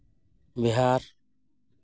Bihar